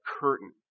curtain